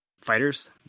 fighters